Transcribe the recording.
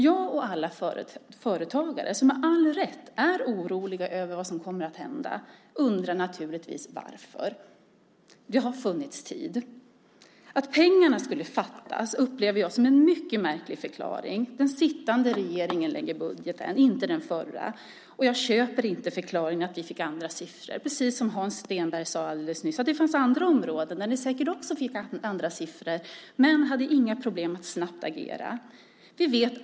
Jag och alla företagare, som med all rätt är oroliga över vad som kommer att hända, undrar naturligtvis varför. Det har funnits tid. Att pengarna skulle fattas upplever jag som en mycket märklig förklaring. Den sittande regeringen lägger fram budgeten, inte den tidigare, och jag köper inte förklaringen att ni fick andra siffror. Precis som Hans Stenberg sade fanns det säkert fler områden där ni fick andra siffror, men då hade ni inga problem att agera snabbt.